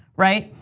right?